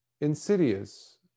insidious